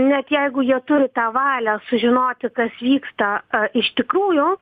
net jeigu jie turi tą valią sužinoti kas vyksta iš tikrųjų